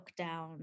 lockdown